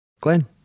Glenn